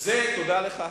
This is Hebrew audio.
תודה לך.